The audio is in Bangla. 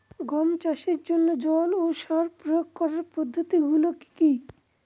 গম চাষের জন্যে জল ও সার প্রয়োগ করার পদ্ধতি গুলো কি কী?